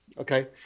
okay